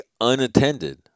unattended